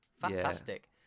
Fantastic